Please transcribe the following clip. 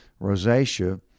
rosacea